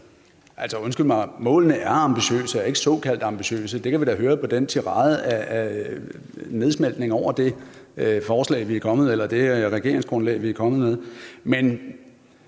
målene er ambitiøse og ikke »såkaldt« ambitiøse, det kan vi da høre på den tirade af nedsmeltning over det regeringsgrundlag, vi er kommet med.